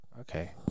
Okay